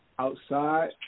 Outside